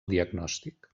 diagnòstic